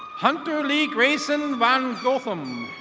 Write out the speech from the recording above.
hunter lee grayson von gotham.